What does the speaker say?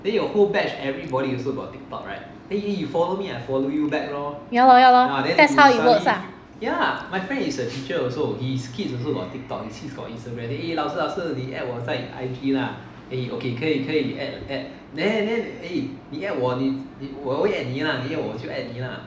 ya lor ya lor that's how it works lah